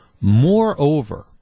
Moreover